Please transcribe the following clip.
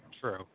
True